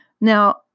Now